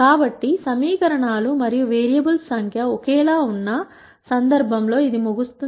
కాబట్టి సమీకరణాలు మరియు వేరియబుల్స్ సంఖ్య ఒకేలా ఉన్న సందర్భంలో అది ముగుస్తుంది